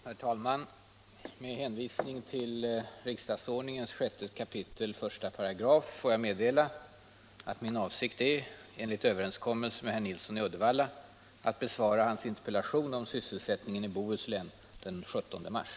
Herr talman! Med hänvisning till riksdagsordningens 6 kap. 15§ får jag meddela att min avsikt är att enligt överenskommelse med herr Nilsson i Uddevalla besvara hans interpellation om sysselsättningen i Bohuslän den 17 mars.